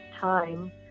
time